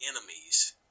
enemies